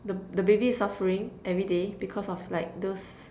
the b~ baby is suffering everyday because of like those